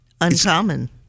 uncommon